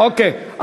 אוקיי.